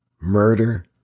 murder